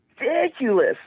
ridiculous